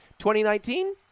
2019